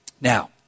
Now